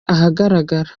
ahagaragara